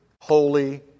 holy